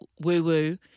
woo-woo